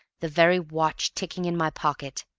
the very watch ticking in my pocket,